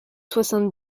soixante